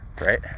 right